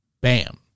bam